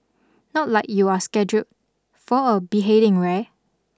not like you're scheduled for a beheading wear